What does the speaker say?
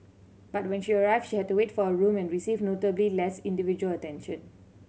but when she arrived she had to wait for a room and received notably less individual attention